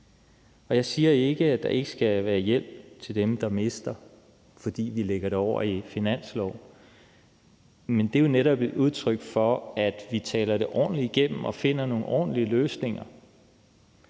Jeg siger ikke, at der ikke skal være hjælp til dem, der mister, fordi vi lægger det over i finansloven. Men det er jo netop et udtryk for, at vi taler det ordentligt igennem og finder nogle ordentlige løsninger.